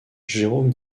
jérôme